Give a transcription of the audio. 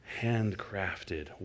handcrafted